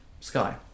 sky